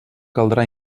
caldrà